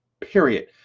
period